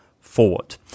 forward